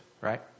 right